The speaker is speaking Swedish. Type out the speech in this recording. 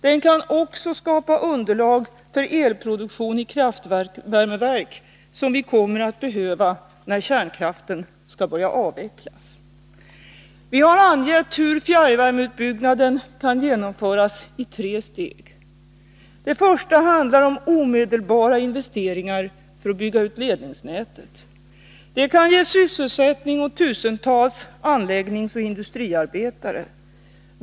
Den kan också skapa underlag för elproduktion i kraftvärmeverk, som vi kommer att behöva när kärnkraften skall börja avvecklas. Vi har angett hur fjärrvärmeutbyggnaden kan genomföras i tre steg. Det första steget är omedelbara investeringar för att bygga ut ledningsnätet. Det kan ge sysselsättning åt tusentals anläggningsoch industriarbetare.